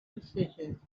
decisions